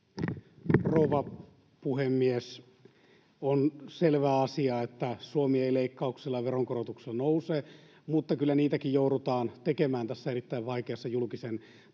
rouva puhemies! On selvä asia, että Suomi ei leikkauksilla ja veronkorotuksilla nouse, mutta kyllä niitäkin joudutaan tekemään tässä erittäin vaikeassa julkisen talouden